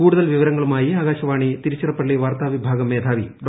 കൂടുതൽ വിവരങ്ങളുമായി ആകാശവാണി തിരുച്ചിറപ്പള്ളി വാർത്താവിഭാഗം മേധാവി ഡോ